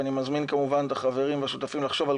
ואני מזמין כמובן את החברים והשותפים לחשוב על